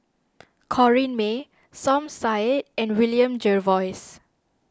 Corrinne May Som Said and William Jervois